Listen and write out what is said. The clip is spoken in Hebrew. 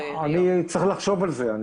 צריך לחשוב על זה.